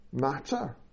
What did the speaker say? matter